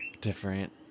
different